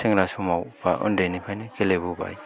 सेंग्रा समाव बा उन्दैनिफ्राइनो गेलेबोबाय